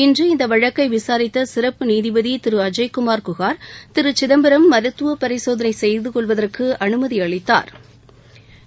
இன்று இந்த வழக்கை விசாரித்த சிறப்பு நீதிபதி திரு அஜய்குமார் குகார் திரு சிதம்பரம் மருத்துவ பரிசோதனை செய்து கொள்வதற்கு அனுமதி அளித்தாா்